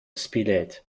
spilett